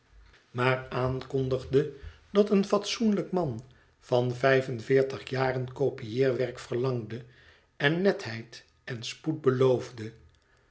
maar aankondigde dat een fatsoenlijk man van vijf en veertig jaren kopieerwerk verlangde en netheid en spoed beloofde